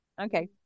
Okay